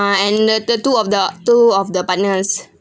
ah and the the two of the two of the partners